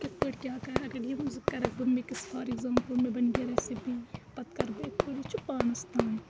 کِتھ پٲٹھۍ کیاہ کَر یِم زٕ کَرَکھ بہٕ مِکٕس فار ایٚکزامپٕل مےٚ بَنہِ کیٚنٛہہ ریٚسپی پَتہِ کَرٕ بہٕ یِتھ پٲٹھۍ یہِ چھِ پانَس تانۍ